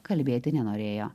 kalbėti nenorėjo